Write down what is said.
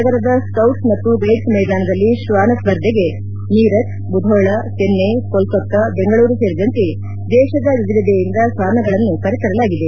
ನಗರದ ಸ್ಕೊಟ್ಸ್ ಮತ್ತು ಗೈಡ್ಸ್ ಮೈದಾನದಲ್ಲಿ ಶ್ವಾನ ಸ್ಪರ್ಧೆಗೆ ಮೀರತ್ ಮುದೋಳ ಜೆನ್ನೈ ಕೊಲ್ಕತ್ತಾ ಬೆಂಗಳೂರು ಸೇರಿದಂತೆ ದೇಶದ ವಿವಿಧೆಡೆಯಿಂದ ಶ್ಲಾನಗಳನ್ನ ಕರೆ ತರಲಾಗಿದೆ